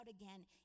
again